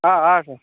ಹಾಂ ಹಾಂ ಸರ್